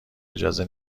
اجازه